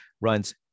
runs